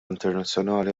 internazzjonali